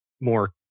more